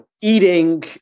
eating